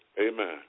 Amen